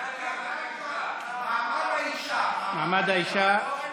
מעמד האישה.